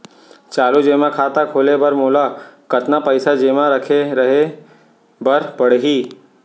चालू जेमा खाता खोले बर मोला कतना पइसा जेमा रखे रहे बर पड़ही?